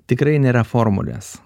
tikrai nėra formulės